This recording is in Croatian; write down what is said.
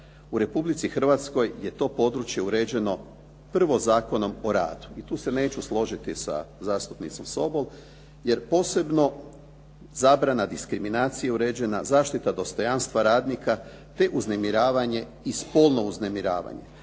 u Republici Hrvatskoj je to područje uređeno prvo Zakonom o radu. I tu se neću složiti sa zastupnicom Sobol, jer posebno zabrana diskriminacije je uređena, zaštita dostojanstva radnika te uznemiravanje i spolno uznemiravanje.